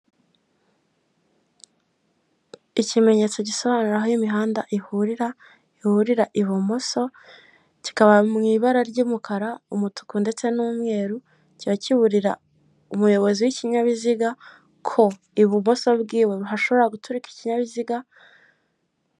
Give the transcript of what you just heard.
Ikimenyetso gisobanura aho imihanda ihurira, Ihurira ibumoso kikaba mw' ibara ry'umukara, umutuku ndetse n'umweru, kiba kiburira umuyobozi w'ikinyabiziga k' ibumoso bwiwe hashobora guturuka ikinyabiziga...